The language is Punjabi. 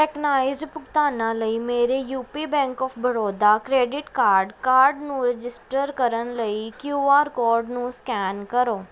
ਟੈਕਨਾਈਜ਼ਡ ਭੁਗਤਾਨਾਂ ਲਈ ਮੇਰੇ UP bank of Baroda credit card card ਨੂੰ ਰਜਿਸਟਰ ਕਰਨ ਲਈ ਕਉ ਆਰ ਕੋਡ ਨੂੰ ਸਕੈਨ ਕਰੋ